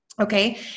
Okay